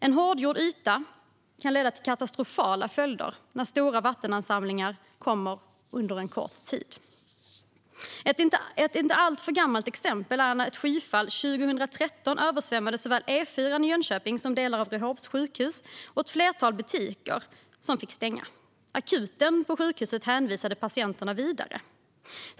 En hårdgjord yta kan ge katastrofala följder när det kommer stora vattenmängder under kort tid. Ett inte alltför gammalt exempel på det var när ett skyfall 2013 översvämmade E4:an i Jönköping och delar av Ryhovs sjukhus. Ett flertal butiker fick stänga, och akuten på sjukhuset tvingades hänvisa patienterna vidare.